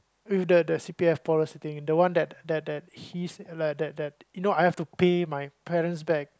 with the the C_P_F policy thingy the one that that that he that that that you know I have to pay my parents back